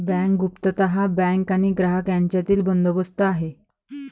bank गुप्तता हा bank आणि ग्राहक यांच्यातील बंदोबस्त आहे